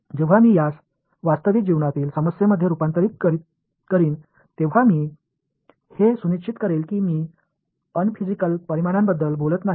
जेव्हा मी यास वास्तविक जीवनातील समस्येमध्ये रुपांतरित करीन तेव्हा मी हे सुनिश्चित करेन की मी अनफिजिकल परिमाणांबद्दल बोलत नाही